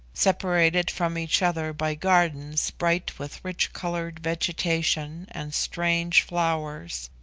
separated from each other by gardens bright with rich-coloured vegetation and strange flowers.